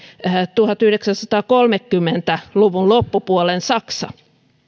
tuhatyhdeksänsataakolmekymmentä luvun loppupuolen saksa